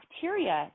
bacteria